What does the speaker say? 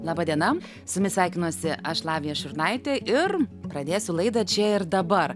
laba diena su jumis sveikinuosi aš lavija šurnaitė ir pradėsiu laidą čia ir dabar